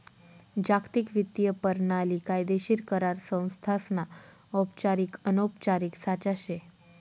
जागतिक वित्तीय परणाली कायदेशीर करार संस्थासना औपचारिक अनौपचारिक साचा शे